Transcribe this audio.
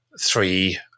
three